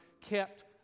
kept